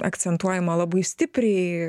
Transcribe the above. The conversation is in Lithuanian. akcentuojama labai stipriai